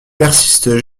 persistent